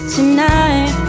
Tonight